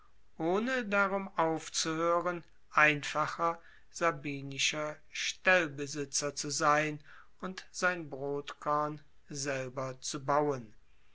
ohne darum aufzuhoeren einfacher sabinischer stellbesitzer zu sein und sein brotkorn selber zu bauen